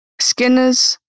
Skinner's